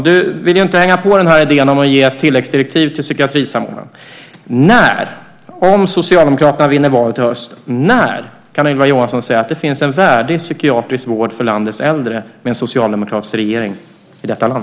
Du ville ju inte hänga på idén om att ge tilläggsdirektiv till psykiatrisamordnaren. Om Socialdemokraterna vinner valet i höst: När kan Ylva Johansson säga att det finns en värdig psykiatrisk vård för landets äldre med en socialdemokratisk regering i detta land?